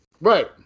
right